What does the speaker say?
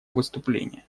выступление